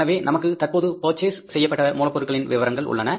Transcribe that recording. எனவே நமக்கு தற்போது பர்ச்சேஸ் செய்யப்பட்ட மூலப்பொருட்களின் விவரங்கள் உள்ளன